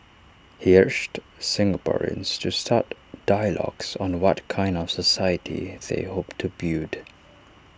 he urged Singaporeans to start dialogues on the what kind of society they hope to build